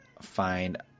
find